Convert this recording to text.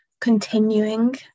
continuing